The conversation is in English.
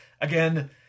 Again